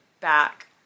back